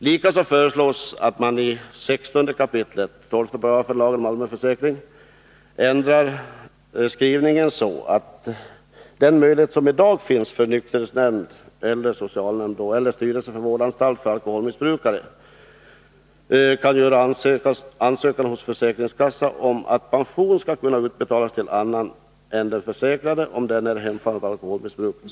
Likaså föreslås att man i 16 kap. 12 § lagen om allmän försäkring ändrar skrivningen så, att den möjlighet tas bort som i dag finns för nykterhetsnämnd, socialnämnd och styrelse för vårdanstalt för alkoholmissbrukare att ansöka hos försäkringskassan om att pension skall kunna utbetalas till annan än den försäkrade, om denne är hemfallen till alkoholmissbruk.